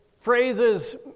phrases